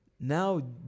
Now